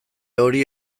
hori